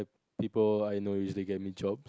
people I know usually get me jobs